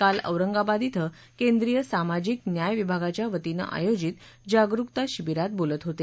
काल औरंगाबाद इथं केंद्रीय सामाजिक न्याय विभागाच्या वतीनं आयोजित जागरूकता शिबिरात बोलत होते